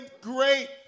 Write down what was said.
great